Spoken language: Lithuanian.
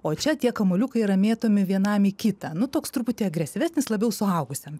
o čia tie kamuoliukai yra mėtomi vienam į kitą nu toks truputį agresyvesnis labiau suaugusiam